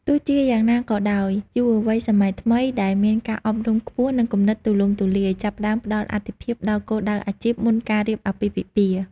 ទោះជាយ៉ាងណាក៏ដោយ យុវវ័យសម័យថ្មី ដែលមានការអប់រំខ្ពស់ និងគំនិតទូលំទូលាយ ចាប់ផ្ដើមផ្ដល់អាទិភាពដល់គោលដៅអាជីពមុនការរៀបអាពាហ៍ពិពាហ៍។